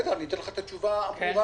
אני אתן לך את התשובה והחדה,